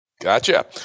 Gotcha